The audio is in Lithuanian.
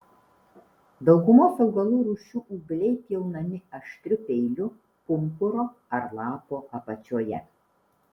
daugumos augalų rūšių ūgliai pjaunami aštriu peiliu pumpuro ar lapo apačioje